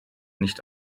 nicht